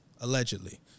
allegedly